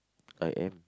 I am